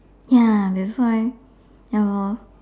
ya that's why ya lor